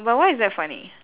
but why is that funny